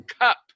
cup